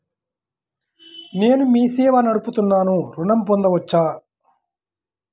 నేను మీ సేవా నడుపుతున్నాను ఋణం పొందవచ్చా?